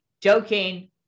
Joking